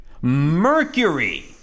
Mercury